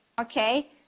okay